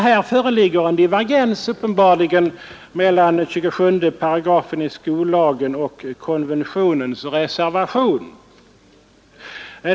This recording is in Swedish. Här föreligger uppenbarligen en divergens mellan 27 § i skollagen och konventionens reservation.